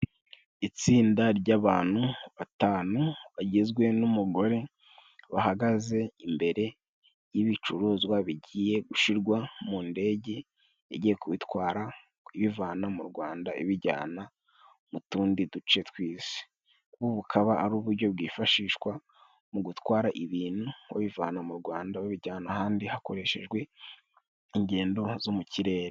Itsinda ry'abantu batanu bagizwe n'umugore, bahagaze imbere y'ibicuruzwa bigiye gushirwa mu ndege, igiye kubitwara ibivana mu Rwanda ibijyana mu tundi duce tw'isi, ubu bukaba ari uburyo bwifashishwa mu gutwara ibintu babivana mu Rwanda babijyana ahandi hakoreshejwe ingendo zo mu kirere.